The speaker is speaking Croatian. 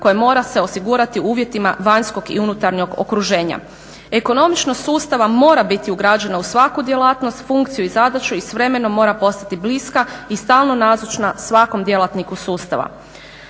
koje mora se osigurati u uvjetima vanjskog i unutarnjeg okruženja. Ekonomičnost sustava mora biti ugrađena u svaku djelatnost, funkciju i zadaću i s vremenom mora postati bliska i stalno nazočna svakom djelatniku sustava.